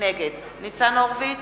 נגד ניצן הורוביץ,